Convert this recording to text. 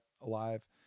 alive